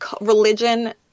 religion